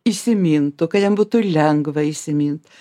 įsimintų kad jam būtų lengva įsimint